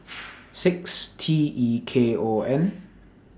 six T E K O N